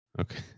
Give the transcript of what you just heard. Okay